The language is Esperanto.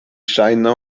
ŝajna